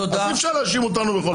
אי-אפשר להאשים אותנו בכל דבר.